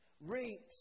reaps